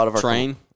train